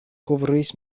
kovris